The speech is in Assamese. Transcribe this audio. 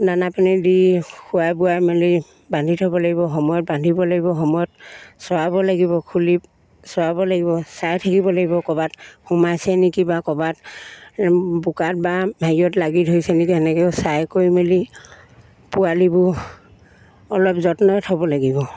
দানা পানী দি খোৱাই বোৱাই মেলি বান্ধি থ'ব লাগিব সময়ত বান্ধিব লাগিব সময়ত চৰাব লাগিব খুলি চৰাব লাগিব চাই থাকিব লাগিব ক'ৰবাত সোমাইছে নেকি বা ক'ৰবাত বোকাত বা হেৰিয়ত লাগি ধৰিছে নেকি তেনেকৈও চাই কৰি মেলি পোৱালিবোৰ অলপ যত্নৰে থ'ব লাগিব